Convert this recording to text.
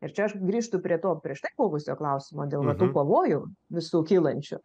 ir čia aš grįžtu prie to prieš tai buvusio klausimo dėl va tų pavojų visų kylančių